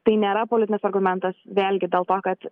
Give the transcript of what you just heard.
tai nėra politinis argumentas vėlgi dėl to kad